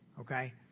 okay